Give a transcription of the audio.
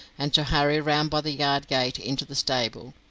and to hurry round by the yard gate into the stable.